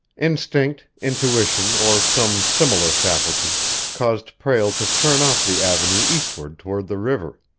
instinct, intuition, or some similar faculty caused prale to turn off the avenue eastward toward the river.